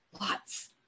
lots